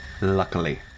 Luckily